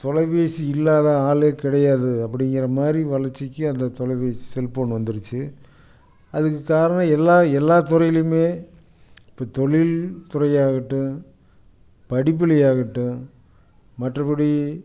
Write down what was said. தொலைப்பேசி இல்லாத ஆளே கிடையாது அப்படிங்கிறமாரி வளர்ச்சிக்கு அந்த தொலைப்பேசி செல்ஃபோன் வந்துருச்சு அதுக்கு காரணம் எல்லா எல்லா துறையிலையுமே இப்போ தொழில் துறையாகட்டும் படிப்பிலையாகட்டும் மற்றபடி